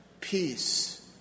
peace